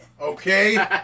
Okay